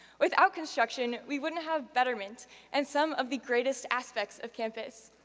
without construction, we wouldn't have betterment and some of the greatest aspects of campus.